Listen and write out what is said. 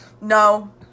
no